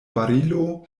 barilo